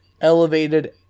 elevated